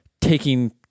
taking